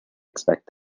expect